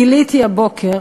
גיליתי הבוקר